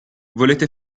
volete